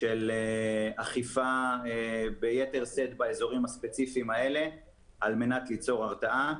של אכיפה ביתר שאת באזורים הספציפיים האלה על מנת ליצור הרתעה.